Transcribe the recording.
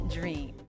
dream